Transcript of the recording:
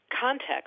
context